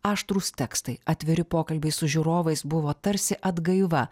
aštrūs tekstai atviri pokalbiai su žiūrovais buvo tarsi atgaiva